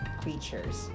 creatures